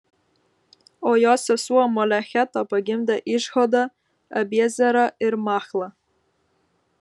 o jo sesuo molecheta pagimdė išhodą abiezerą ir machlą